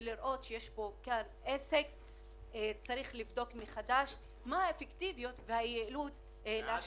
ולבדוק מחדש מה האפקטיביות והיעילות להשקיע בו.